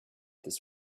this